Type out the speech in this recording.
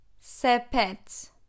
Sepet